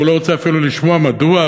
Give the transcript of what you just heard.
והוא לא רוצה אפילו לשמוע מדוע.